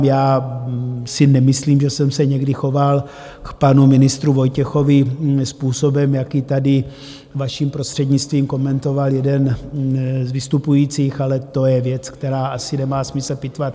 Já si nemyslím, že jsem se někdy choval k panu ministru Vojtěchovi způsobem, jaký tady, vaším prostřednictvím, komentoval jeden z vystupujících, ale to je věc, kterou asi nemá smysl pitvat.